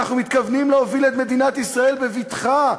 אנחנו מתכוונים להוביל את מדינת ישראל בבטחה,